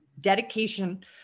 dedication